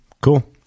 Cool